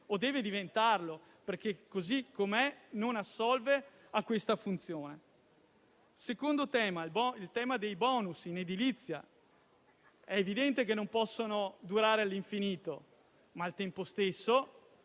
o deve diventarlo perché, così come è, non assolve a tale funzione. Per quanto riguarda il tema dei *bonus* in edilizia, è evidente che essi non possono durare all'infinito, ma al tempo stesso